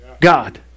God